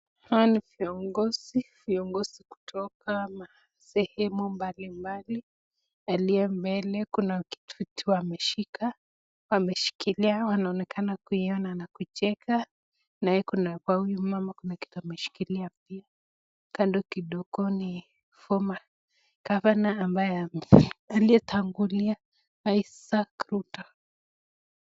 Hawa ni viongozi, viongozi kutoka sehemu mbalimbali. Aliye mbele, kuna kitu wameshika. Wameshikilia. Wanaonekana kuiona na kucheka, na kwa huyu mama kuna kitu ameshikilia pia. Kando kidogo ni former gavana ambaye alitangulia, Isaac Rutto.